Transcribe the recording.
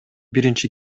биринчи